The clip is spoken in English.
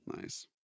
nice